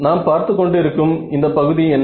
நாம் பார்த்து கொண்டு இருக்கும் இந்த பகுதி என்ன